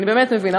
אני באמת מבינה,